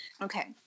Okay